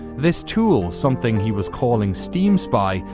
this tool, something he was calling steam spy,